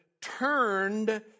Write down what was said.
turned